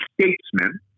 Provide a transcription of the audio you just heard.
statesman